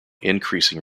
increasing